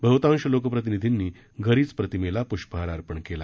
बहुतांश लोकप्रतिनिधींनी घरीच प्रतिमेला पुष्पहार अर्पण केला